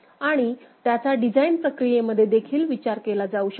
आणि त्याचा डिझाइन प्रक्रियेमध्ये देखील विचार केला जाऊ शकतो